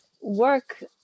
work